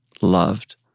loved